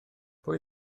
pwy